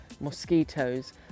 mosquitoes